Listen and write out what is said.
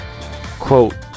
quote